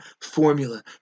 formula